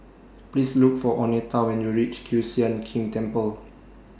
Please Look For Oneta when YOU REACH Kiew Sian King Temple